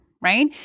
right